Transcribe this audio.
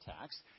tax